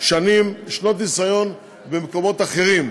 שנות ניסיון במקומות אחרים,